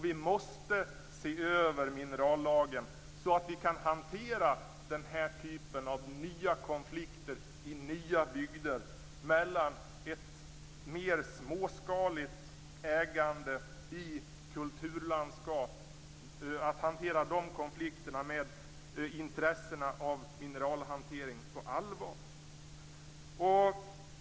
Vi måste se över minerallagen så att vi kan hantera den här typen av nya konflikter i vissa bygder mellan ett mer småskaligt ägande i kulturlandskap och intressena av mineralhantering.